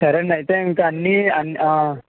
సరేండి అయితే ఇంక అన్నీ